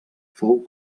fou